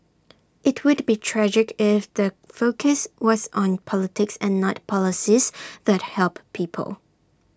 IT would be tragic if the focus was on politics and not policies that help people